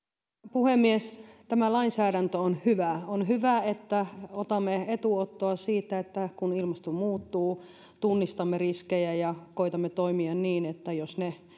puhemies tämä lainsäädäntö on hyvä on hyvä että otamme etuottoa siitä että kun ilmasto muuttuu tunnistamme riskejä ja koetamme toimia niin että jos ne